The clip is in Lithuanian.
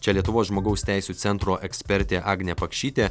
čia lietuvos žmogaus teisių centro ekspertė agnė pakšytė